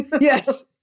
Yes